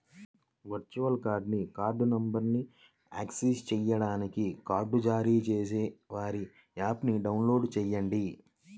virtual కార్డ్ని card నంబర్ను access చేయడానికి కార్డ్ జారీ చేసేవారి యాప్ని డౌన్లోడ్ చేయండి